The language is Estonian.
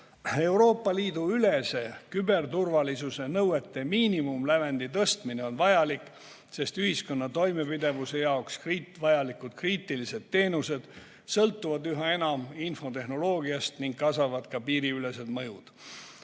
Euroopa Liidu ülese küberturvalisuse nõuete miinimumlävendi tõstmine on vajalik, sest ühiskonna toimepidevuse jaoks vajalikud kriitilised teenused sõltuvad üha enam infotehnoloogiast ning kasvavad ka piiriülesed mõjud.